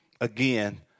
again